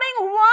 one